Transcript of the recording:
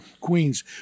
Queens